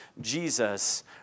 Jesus